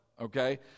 Okay